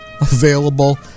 available